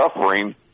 suffering